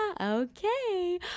okay